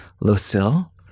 Lucille